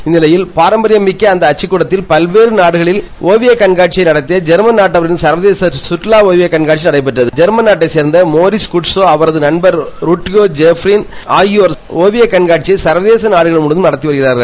இந்நிலையில் பாரம்பரிபயிக்க அந்த அச்சுக்கூடத்தில் பல்வேறு நாடுகளில் ஒவியக் கண்காட்சி நடத்தி ஜெர்மன் நாட்டவர்களின் சர்வதேச சுற்றுவாக் கண்காட்சி நடைபெற்றது ஜெர்மன் நாட்டைச் சேர்ந்த மோரிஸ் குட்சோ அவரது நண்பர் உட்ரியோ ஜெப்ரின் ஆகியோர் ஒவியக் கண்காட்சியை சர்வதேச நாடுகளில் நடத்தி வருகிறார்கள்